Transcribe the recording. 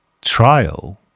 trial